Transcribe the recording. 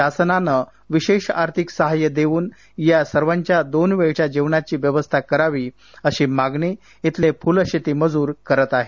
शासनानं विशेष आर्थिक सहाय्य देऊन या सर्वांच्या दोन वेळेच्या जेवणाची व्यवस्था करावी अशी मागणी इथले फ्लशेती मजूर करत आहेत